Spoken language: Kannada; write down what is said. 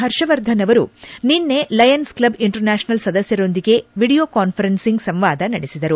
ಹರ್ಷವರ್ಧನ್ ಅವರು ನಿನ್ನೆ ಲಯನ್ಸ್ ಕ್ಲಬ್ ಇಂಟರ್ನ್ಕಾಷನಲ್ ಸದಸ್ಕರೊಂದಿಗೆ ವೀಡಿಯೊ ಕಾನ್ಫರೆನ್ಸಿಂಗ್ ಸಂವಾದ ನಡೆಸಿದರು